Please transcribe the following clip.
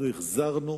אנחנו החזרנו